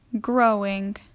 Growing